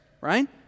right